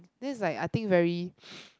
this is like I think very